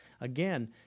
Again